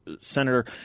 Senator